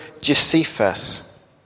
Josephus